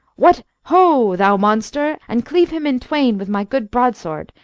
what! ho! thou monster and cleave him in twain with my good broadsword,